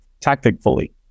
tactically